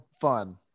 fun